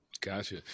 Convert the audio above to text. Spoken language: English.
Gotcha